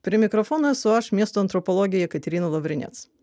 prie mikrofono esu aš miesto antropologė jekaterina lavrinec